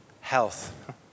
Health